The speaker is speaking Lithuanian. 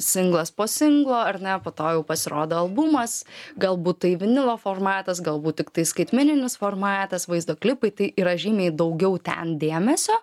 singlas po singlo ar ne po to jau pasirodo albumas galbūt tai vinilo formatas galbūt tiktai skaitmeninis formatas vaizdo klipai tai yra žymiai daugiau ten dėmesio